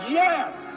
yes